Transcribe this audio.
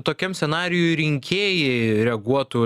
tokiam scenarijuj rinkėjai reaguotų